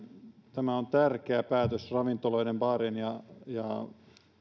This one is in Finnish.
tämä on tärkeä päätös ravintoloiden baarien